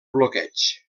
bloqueig